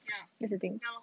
ya ya lor